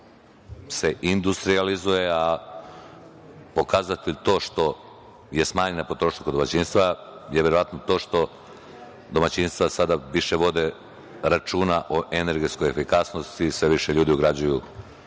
industrijalizuje. Pokazatelj što je smanjena potrošnja kod domaćinstva je verovatno to što domaćinstva sada više vode računa o energetskoj efikasnosti, sve više ljudi ugrađuje